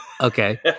Okay